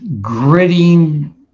gritting